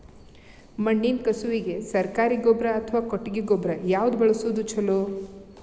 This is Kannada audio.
ಮಣ್ಣಿನ ಕಸುವಿಗೆ ಸರಕಾರಿ ಗೊಬ್ಬರ ಅಥವಾ ಕೊಟ್ಟಿಗೆ ಗೊಬ್ಬರ ಯಾವ್ದು ಬಳಸುವುದು ಛಲೋ?